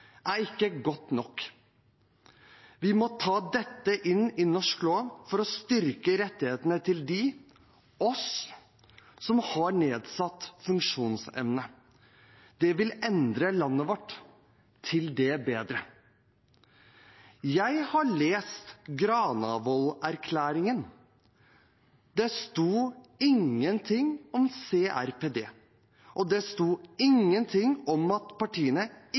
er ikke godt nok. Vi må ta dette inn i norsk lov for å styrke rettighetene for dem, oss, som har nedsatt funksjonsevne. Det vil endre landet vårt – til det bedre. Jeg har lest Granavolden-erklæringen. Det sto ingenting om CRPD, og det sto ingenting om at partiene ikke